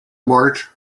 march